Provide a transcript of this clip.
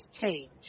change